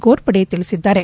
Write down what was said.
ಗೋರ್ಪಡೆ ತಿಳಿಸಿದ್ದಾರೆ